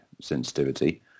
sensitivity